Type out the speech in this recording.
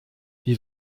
wie